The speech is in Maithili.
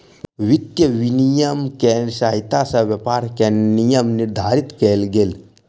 वित्तीय विनियम के सहायता सॅ व्यापार के नियम निर्धारित कयल गेल